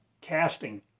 casting